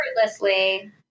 effortlessly